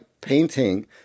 painting